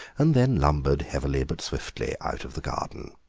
and then lumbered heavily but swiftly out of the garden.